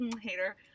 Hater